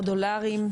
דולרים.